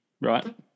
right